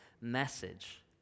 message